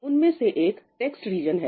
उनमें से एक टेक्स्ट रिजन है